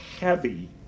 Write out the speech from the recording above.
heavy